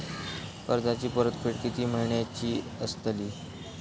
कर्जाची परतफेड कीती महिन्याची असतली?